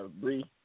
Bree